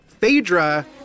Phaedra